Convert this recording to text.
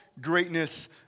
Greatness